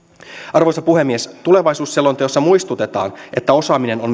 arvoisa puhemies tulevaisuusselonteossa muistutetaan että osaaminen on